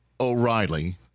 O'Reilly